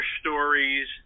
stories